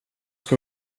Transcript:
ska